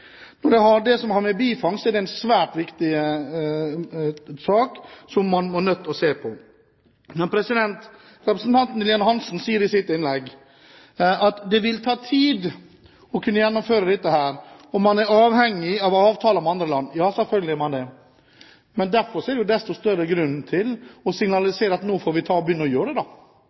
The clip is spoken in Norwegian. Når det gjelder bifangst, er det en svært viktig sak, som man er nødt til å se på. Representanten Lillian Hansen sier i sitt innlegg at det vil ta tid å gjennomføre dette, og at man er avhengig av avtaler med andre land. Ja, selvfølgelig er man det! Men derfor er det desto større grunn til å signalisere at nå får vi begynne å gjøre det. Da